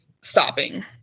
stopping